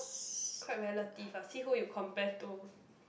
quite relative ah see who you compare to